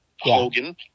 Hogan